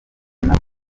nawe